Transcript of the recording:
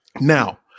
Now